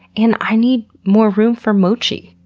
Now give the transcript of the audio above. and i need more room for mochi.